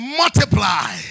multiply